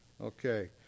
Okay